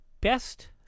best